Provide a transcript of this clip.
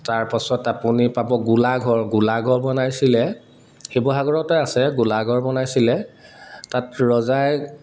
তাৰপাছত আপুনি পাব গোলাঘৰ গোলাঘৰ বনাইছিলে শিৱসাগৰতে আছে গোলাঘৰ বনাইছিলে তাত ৰজাই